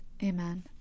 Amen